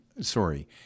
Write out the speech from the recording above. sorry